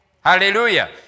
Hallelujah